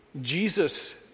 Jesus